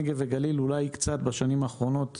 הנגב והגליל אולי קצת בשנים האחרונות